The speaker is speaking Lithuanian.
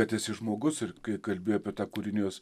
kad esi žmogus ir kai kalbi apie tą kūrinijos